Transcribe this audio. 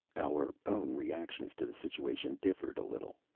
our own reactions to the situation differed a little.